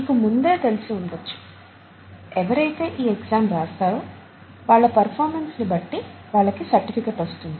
మీకు ముందే తెలిసి ఉండొచ్చు ఎవరైతే ఈ ఎగ్జామ్ రాస్తారో వాళ్ళ పర్ఫార్మన్స్ ని బట్టి వాళ్ళకి సర్టిఫికెట్ వస్తుంది